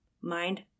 Mind